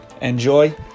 enjoy